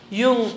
yung